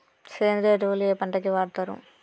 సేంద్రీయ ఎరువులు ఏ పంట కి వాడుతరు?